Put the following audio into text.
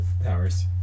powers